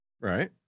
Right